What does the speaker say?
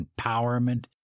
empowerment